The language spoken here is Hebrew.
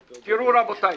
תראו, רבותיי,